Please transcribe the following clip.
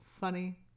funny